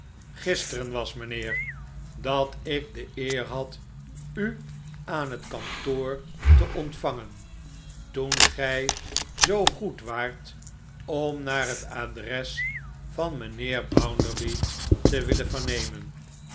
gisteren was mijnheer dat ik de eer had u aan het kantoor te ontvangen toen gij zoo goed waart om naar het adres van mijnheer bounderby te willen vernemen